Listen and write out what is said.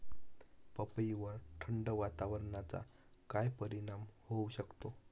पपईवर थंड वातावरणाचा काय परिणाम होऊ शकतो?